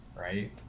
right